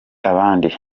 andi